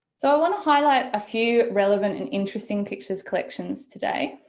so i want to highlight a few relevant and interesting pictures collections today.